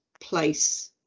place